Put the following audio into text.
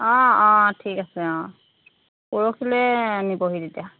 অঁ অঁ ঠিক আছে অঁ পৰহিলৈ নিবহি তেতিয়া